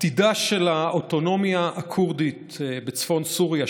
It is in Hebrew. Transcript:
עתידה של האוטונומיה הכורדית בצפון סוריה,